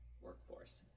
workforce